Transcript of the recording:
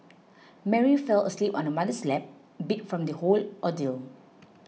Mary fell asleep on her mother's lap beat from the whole ordeal